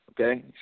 Okay